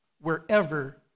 wherever